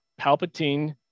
Palpatine